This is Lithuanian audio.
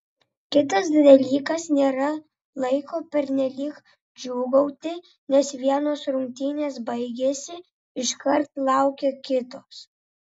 kitas dalykas nėra laiko pernelyg džiūgauti nes vienos rungtynės baigėsi iškart laukia kitos